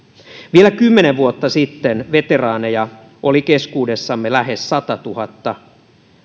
vielä kymmenen vuotta sitten veteraaneja oli keskuudessamme lähes satatuhatta